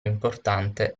importante